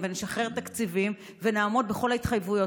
ואני שואלת את עצמי אם אנחנו כנבחרי ציבור ראויים לאמון הזה,